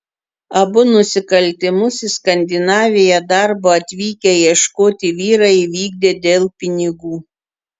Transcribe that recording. abu nusikaltimus į skandinaviją darbo atvykę ieškoti vyrai įvykdė dėl pinigų